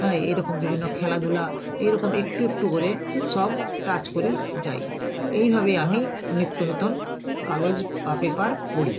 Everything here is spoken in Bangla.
হ্যাঁ এরকম বিভিন্ন খেলাধুলা এই রকম একটু একটু করে সব টাচ করে যাই এইভাবেই আমি নিত্য নূতন কাগজ বা পেপার পড়ি